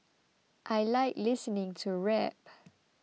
I like listening to rap